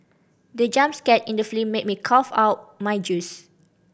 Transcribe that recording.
the jump scare in the film made me cough out my juice